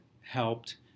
helped